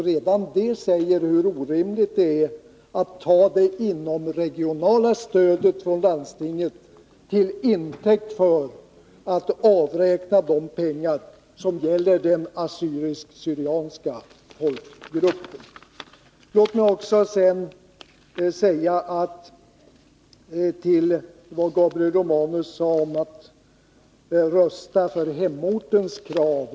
Redan det säger hur orimligt det är att ta det inomregionala stödet från landstinget till intäkt för att avräkna de pengar som gäller den assyriska/syrianska folkgruppen. Gabriel Romanus sade något om att rösta för hemortens krav.